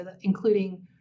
including